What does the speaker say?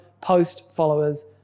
post-followers